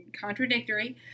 contradictory